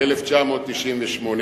ב-1998.